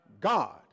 God